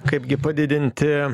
kaipgi padidinti